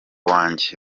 wanjye